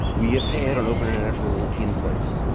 we have had an open internet rule in place.